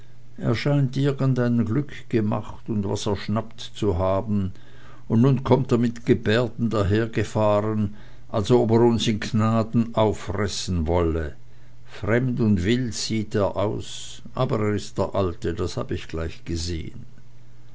scheint irgendein glück gemacht und was erschnappt zu haben und nun kommt er mit gebärden dahergefahren als ob er uns in gnaden auffressen wollte fremd und wild sieht er aus aber er ist der alte das hab ich gleich gesehen